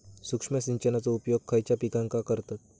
सूक्ष्म सिंचनाचो उपयोग खयच्या पिकांका करतत?